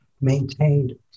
maintained